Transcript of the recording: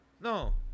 No